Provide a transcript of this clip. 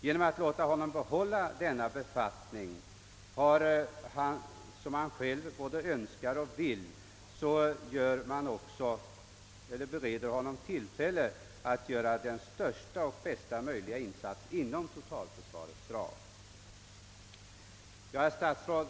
Genom att låta honom behålla denna befattning, som han själv önskar och vill behålla, bereder man honom tillfälle att göra sin största och bästa möjliga insats inom totalförsvarets ram. Herr statsråd!